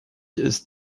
ist